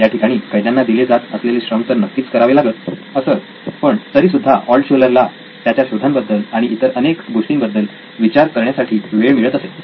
याठिकाणी कैद्यांना दिले जात असलेले श्रम तर नक्कीच करावे लागत असत पण तरी सुद्धा ऑल्टशुलर ला त्याच्या शोधांबद्दल आणि इतर अनेक गोष्टींबद्दल विचार करण्यासाठी वेळ मिळत असे